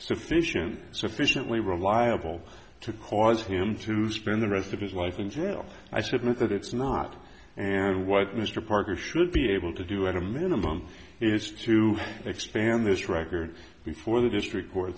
sufficient sufficiently reliable to cause him to spend the rest of his life in jail i submit that it's not and what mr parker should be able to do at a minimum is to expand this record before the district